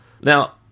Now